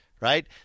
right